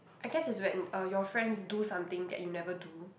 I guess it's when uh your friends do something that you never do